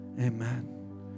Amen